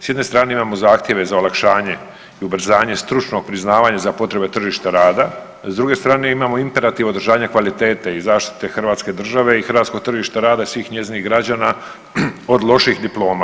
S jedne strane imamo zahtjeve za olakšanje i ubrzanje stručnog priznavanja za potrebe tržišta rada, s druge strane imamo imperativ održavanja kvalitete i zaštite hrvatske države i hrvatskog tržišta rada i svih njezinih građana od loših diploma.